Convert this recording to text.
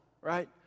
right